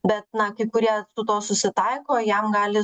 bet na kai kurie su tuo susitaiko jam gali